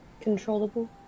Controllable